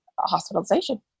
hospitalization